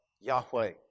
Yahweh